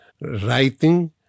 writing